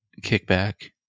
Kickback